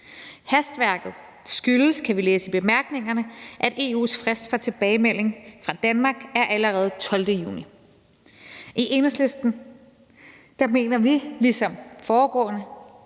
Hastværket skyldes, kan vi læse i bemærkningerne, at EU's frist for tilbagemelding fra Danmark allerede er den 12. juni. I Enhedslisten mener vi, ligesom ordførere